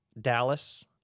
Dallas